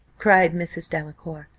cried mrs. delacour,